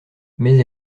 mais